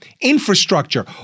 infrastructure